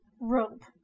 rope